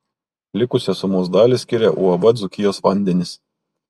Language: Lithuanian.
likusią sumos dalį skiria uab dzūkijos vandenys